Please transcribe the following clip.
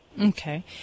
Okay